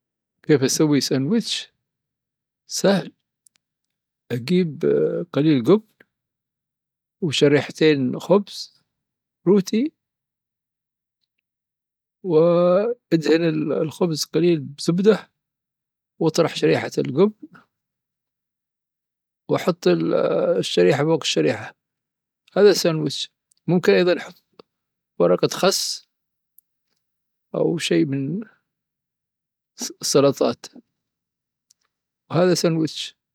كيف أسوي سندويتش؟ سهل، أجيب قليل جبن وشرحتين خبز روتي وإدهن الخبز قليل بزبدة واطرح شريح الجبن وحط الشريحة فوق الشريحة. هذا السندوتش. ممكن أيضا حط ورقة خس أو شي من السلطات. وهذا سندويتش.